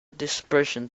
dispersion